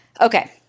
Okay